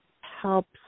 helps